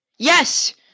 Yes